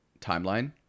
timeline